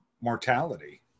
mortality